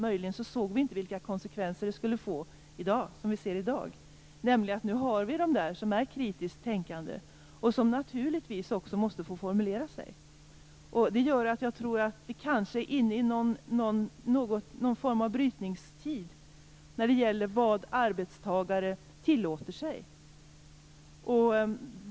Möjligen såg vi inte vilka konsekvenser det skulle få, vilket vi ser i dag, nämligen att nu har vi dem där, som är kritiskt tänkande, och de måste naturligtvis också få formulera sig. Jag tror att vi kanske är inne i någon form av brytningstid när det gäller vad arbetstagare tillåter sig.